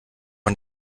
man